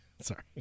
Sorry